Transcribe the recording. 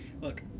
look